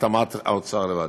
את אמרת האוצר בלבד.